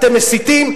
אתם מסיתים.